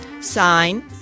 Sign